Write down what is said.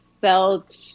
felt